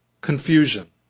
confusion